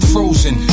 Frozen